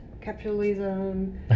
capitalism